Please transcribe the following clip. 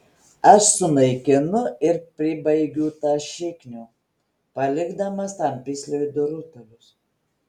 aš sunaikinu ir pribaigiu tą šiknių palikdamas tam pisliui du rutulius